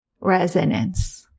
resonance